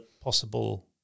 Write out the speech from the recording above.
possible